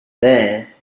there